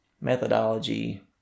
methodology